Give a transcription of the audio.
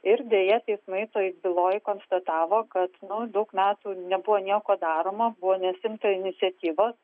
ir deja teismai toj byloj konstatavo kad na daug metų nebuvo nieko daroma buvo nesiimta iniciatyvos